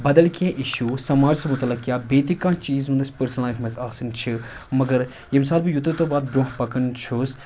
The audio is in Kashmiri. بَدَل کینٛہہ اِشوٗ سماجَس متعلق یا بیٚیہِ تہِ کانٛہہ چیٖز یِم نہٕ اَسہِ پٔرسٕنَل لایفہِ منٛز آسان چھِ مگر ییٚمہِ ساتہٕ بہٕ یوٗتہ یوٗتہ اَتھ برونٛہہ پَکان چھُس